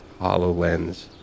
HoloLens